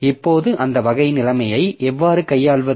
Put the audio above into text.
இப்போது அந்த வகை நிலைமையை எவ்வாறு கையாள்வது